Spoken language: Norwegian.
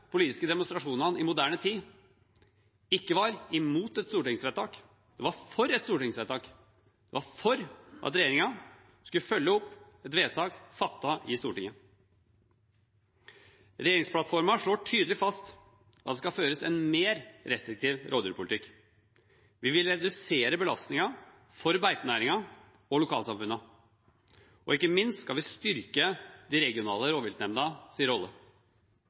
politiske demonstrasjonene i moderne tid ikke var imot et stortingsvedtak, men for et stortingsvedtak. Det var for at regjeringen skulle følge opp et vedtak fattet i Stortinget. Regjeringsplattformen slår tydelig fast at det skal føres en mer restriktiv rovdyrpolitikk. Vi vil redusere belastningen for beitenæringen og lokalsamfunnene, og ikke minst skal vi styrke de regionale rovviltnemndenes rolle.